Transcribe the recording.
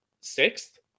sixth